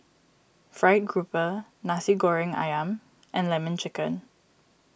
Fried Grouper Nasi Goreng Ayam and Lemon Chicken